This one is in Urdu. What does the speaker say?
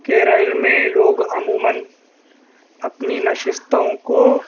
کہ ریل میں لوگ عموماََ اپنی نشستوں کو